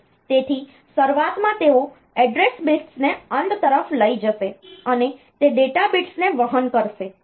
તેથી શરૂઆતમાં તેઓ એડ્રેસ bitsને અંત તરફ લઈ જશે અને તે ડેટા bitsને વહન કરશે